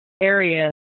area